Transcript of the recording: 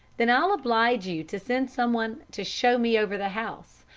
then i'll oblige you to send someone to show me over the house,